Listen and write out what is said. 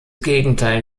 gegenteil